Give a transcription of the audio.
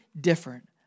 different